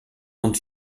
und